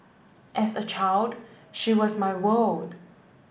as a child she was my world